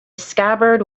scabbard